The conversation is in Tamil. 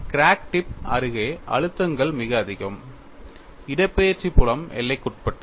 கிராக் டிப் அருகே அழுத்தங்கள் மிக அதிகம் இடப்பெயர்ச்சி புலம் எல்லைக்குட்பட்டது